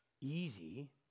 easy